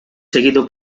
seguido